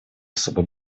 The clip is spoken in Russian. особо